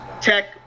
tech